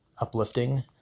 uplifting